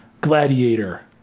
gladiator